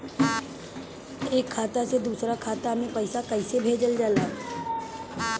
एक खाता से दूसरा खाता में पैसा कइसे भेजल जाला?